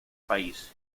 país